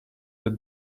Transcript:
that